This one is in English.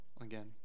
again